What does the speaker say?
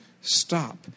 stop